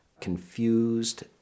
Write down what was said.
confused